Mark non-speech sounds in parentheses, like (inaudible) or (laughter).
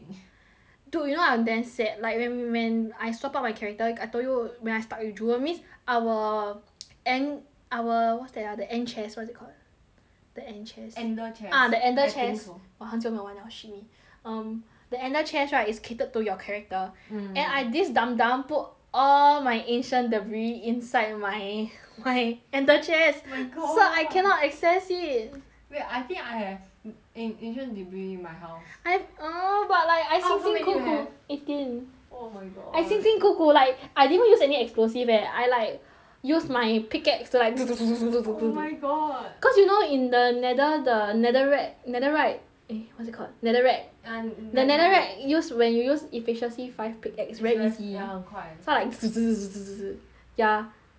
dude you know I'm damn sad like when when I swap up my character I told you when I start with jewel our end our what's that ah the end chest what's it called ah the end chest ender chest ah the ender chest I think so !wah! 我很久没玩了 shit me um the ender chest right is catered to your character mm and then I this dumb dumb put all my ancient debris inside my my ender chest oh my god so I cannot access it wait I think I have an~ ancient debris in my house I have (noise) but like I 辛辛苦苦 how many you have eighteen oh my god I 辛辛苦 like I didn't even use any explosive eh I like use my pickaxe to like (noise) oh my god cause you know in the nether the netherrack netherite right eh what's it called netherrack ya rack rack rack the netherrack use when you use efficiency five pickaxe very easy ya 很快 so like (noise) ya then after that